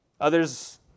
Others